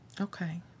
Okay